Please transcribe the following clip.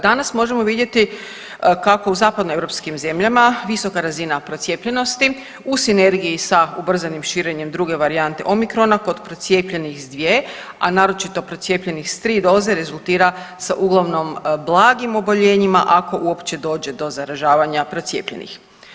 Danas možemo vidjeti kako u zapadnoeuropskim zemljama visoka razina procijepljenosti u sinergiji sa ubrzanim širenjem druge varijante omikrona kod procijepljenih s dvije, a naročito procijepljenih s tri doze rezultira sa uglavnom blagim oboljenjima ako uopće dođe do zaražavanja procijepljenih.